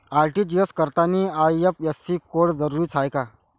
RTGS करतांनी IFSC code जरुरीचा हाय का?